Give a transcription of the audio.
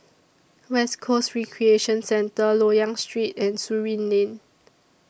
West Coast Recreation Centre Loyang Street and Surin Lane